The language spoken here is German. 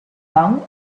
lang